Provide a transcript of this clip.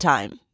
time